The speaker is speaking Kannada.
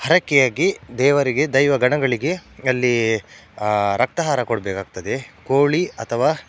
ಹರಕೆಯಾಗಿ ದೇವರಿಗೆ ದೈವಗಣಗಳಿಗೆ ಅಲ್ಲಿ ರಕ್ತಾಹಾರ ಕೊಡಬೇಕಾಗ್ತದೆ ಕೋಳಿ ಅಥವಾ